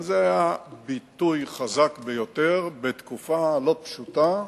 זה היה ביטוי חזק ביותר בתקופה לא פשוטה,